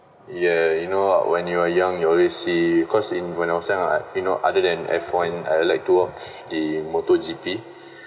ya you know what when you are young you always see cause in when I was young you know other than F_one I like to watch the motor G_P